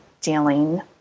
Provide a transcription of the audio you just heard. dealing